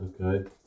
Okay